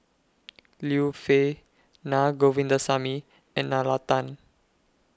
Liu Peihe Na Govindasamy and Nalla Tan